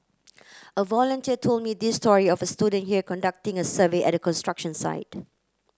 a volunteer told me this story of a student here conducting a survey at a construction site